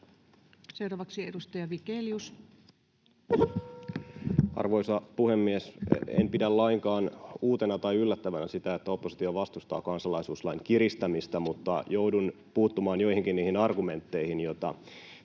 Time: 10:32 Content: Arvoisa puhemies! En pidä lainkaan uutena tai yllättävänä sitä, että oppositio vastustaa kansalaisuuslain kiristämistä, mutta joudun puuttumaan joihinkin niihin argumentteihin, joita